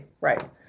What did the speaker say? Right